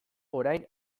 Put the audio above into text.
orain